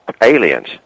aliens